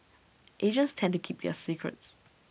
Asians tend to keep their secrets